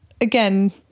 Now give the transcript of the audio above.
again